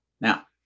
Now